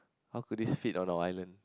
how could this fit on our island